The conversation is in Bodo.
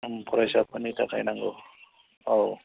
फरायसाफोरनि थाखाय नांगौ औ